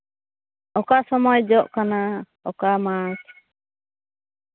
ᱚᱠᱟ ᱥᱚᱢᱚᱭ ᱡᱚᱜ ᱠᱟᱱᱟ ᱚᱠᱟ ᱢᱟᱥ